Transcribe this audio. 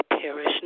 perish